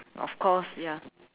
of course ya